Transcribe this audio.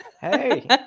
Hey